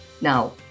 Now